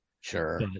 Sure